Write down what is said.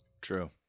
True